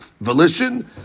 volition